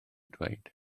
dweud